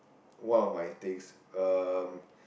one of my things um